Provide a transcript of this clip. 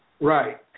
Right